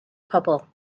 pobl